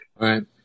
Right